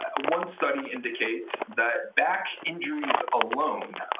ah one study indicates that back injuries alone,